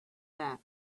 that